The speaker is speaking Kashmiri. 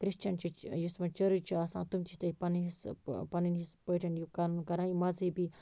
کرسچَن چھِ یُس وۄنۍ چرچ چھُ آسان تِم چھِ تَتہِ پَننہِ پنٕنۍ حصہٕ پٲٹھۍ پَنُن یہِ کَرن کران یہِ مَذہبی